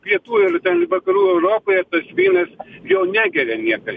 pietų ir ten vakarų europoje vynas jo negeria niekai